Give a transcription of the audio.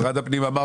משרד הפנים אמר